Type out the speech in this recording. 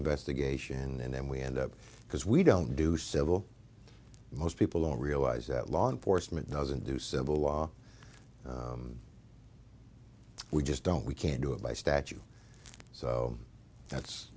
investigation and then we end up because we don't do civil most people don't realize that law enforcement doesn't do civil law we just don't we can't do it by statute so that's